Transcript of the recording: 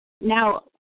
Now